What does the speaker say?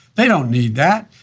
they don't need that.